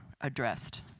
addressed